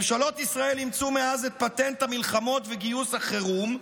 ממשלות ישראל אימצו מאז את פטנט המלחמות וגיוס החירום,